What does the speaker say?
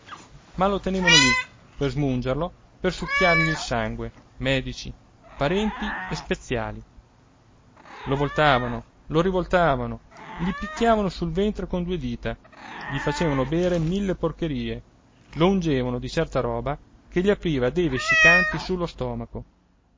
ma lo tenevano lì per smungerlo per succhiargli il sangue medici parenti e speziali lo voltavano lo rivoltavano gli picchiavano sul ventre con due dita gli facevano bere mille porcherie lo ungevano di certa roba che gli apriva dei vescicanti sullo stomaco